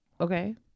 okay